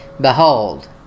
Behold